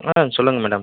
ஆ சொல்லுங்கள் மேடம்